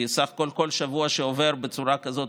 סך הכול כל שבוע שעובר בצורה כזאת,